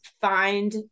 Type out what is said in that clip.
find